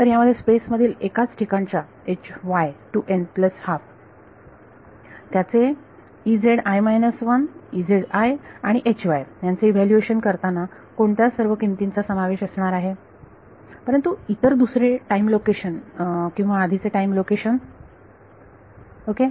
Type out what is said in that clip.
तर यामध्ये स्पेस मधील एकाच ठिकाणच्या त्याचे आणि यांचे इव्हॅल्यूएशन करताना कोणत्या सर्व किमतींचा समावेश असणार आहे परंतु इतर दुसरे टाईम लोकेशन किंवा आधीचे टाईम लोकेशन ओके